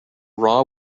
raw